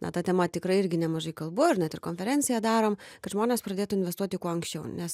na ta tema tikrai irgi nemažai kalbų ir net ir konferenciją darom kad žmonės pradėtų investuoti kuo anksčiau nes